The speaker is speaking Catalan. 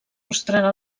mostrarà